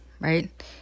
right